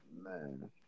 Man